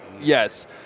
Yes